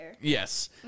Yes